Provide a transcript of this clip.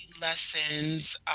lessons